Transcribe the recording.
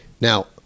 Now